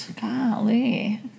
Golly